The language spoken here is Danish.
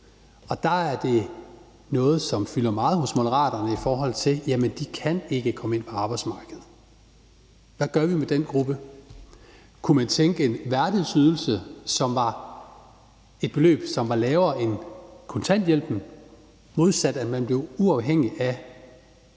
og der er det noget, som fylder meget hos Moderaterne i forhold til det med, at jamen de kan ikke komme ind på arbejdsmarkedet. Hvad gør vi med den gruppe? Kunne man tænke sig en værdighedsydelse, som var et beløb, som var lavere end kontanthjælpen, modsvaret af, at man blev uafhængig af